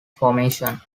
formation